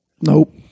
Nope